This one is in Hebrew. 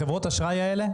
חברות האשראי האלה,